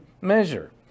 measure